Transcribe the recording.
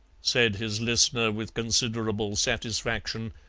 said his listener with considerable satisfaction,